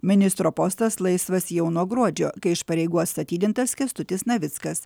ministro postas laisvas jau nuo gruodžio kai iš pareigų atstatydintas kęstutis navickas